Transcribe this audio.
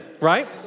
right